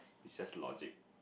it's just logic